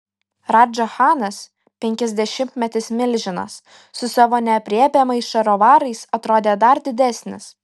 radža chanas penkiasdešimtmetis milžinas su savo neaprėpiamais šarovarais atrodė dar didesnis